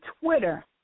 Twitter